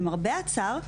למרבה הצער,